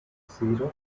zero